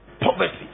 Poverty